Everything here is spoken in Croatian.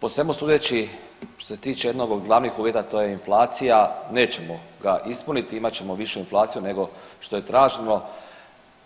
Po svemu sudeći što se tiče jednog od glavnih uvjeta to je inflacija nećemo ga ispuniti, imat ćemo višu inflaciju nego što je traženo